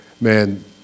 man